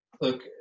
Look